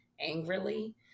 angrily